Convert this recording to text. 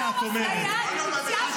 כי זה מה שאתה עושה --- אתה, אתה.